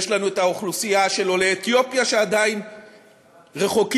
יש לנו האוכלוסייה של עולי אתיופיה שעדיין רחוקים